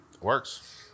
Works